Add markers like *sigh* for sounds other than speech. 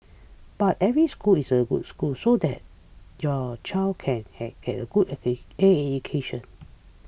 but every school is a good school so that your child can get get a good *unintelligible* education